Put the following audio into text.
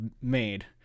made